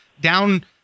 down